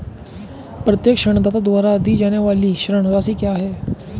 प्रत्येक ऋणदाता द्वारा दी जाने वाली ऋण राशि क्या है?